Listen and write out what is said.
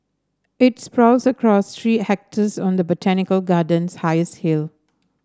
it sprawls across three hectares on the botanical garden's highest hill